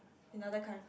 in other cul~